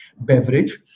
beverage